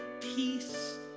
peace